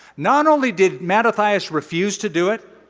not only did matthias refuse to do it,